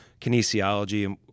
kinesiology